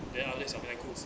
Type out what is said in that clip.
then after that 小便他裤子